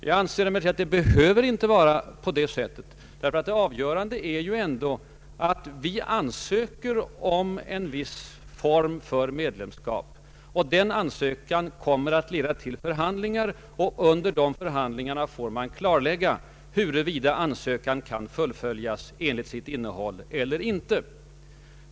Jag anser emellertid att det inte behöver vara på det sättet. Det avgörande är ändå att när vi ansökt om medlemskap, vår ansökan kommer att leda till förhandlingar, under vilka det får klarläggas huruvida ansökan kan fullföljas enligt sitt innehåll eller inte.